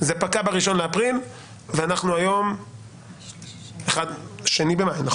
זה פקע ב-1 באפריל ואנחנו היום ב-2 במאי.